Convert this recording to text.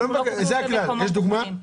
יש דוגמה?